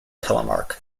telemark